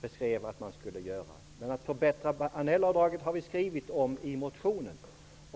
beskrev. Att förbättra Annellavdraget har vi socialdemokrater skrivit om i motionen.